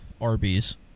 Arby's